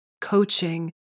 coaching